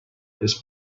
his